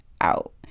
out